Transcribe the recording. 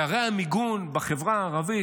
פערי המיגון בחברה הערבית,